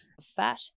fat